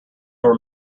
were